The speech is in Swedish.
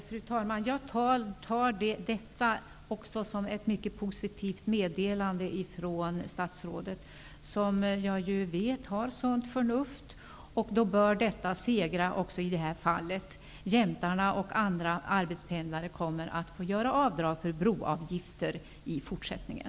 Fru talman! Jag uppfattar också det senaste som ett mycket positivt meddelande från statsrådet, som jag vet har sunt förnuft. Det sunda förnuftet bör segra också i det här fallet. Jämtarna och andra arbetspendlare kommer att alltså få göra avdrag för broavgifter i fortsättningen.